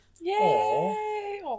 Yay